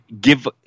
Give